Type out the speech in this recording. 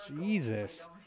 Jesus